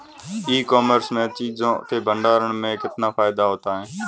ई commerce में चीज़ों के भंडारण में कितना फायदा होता है?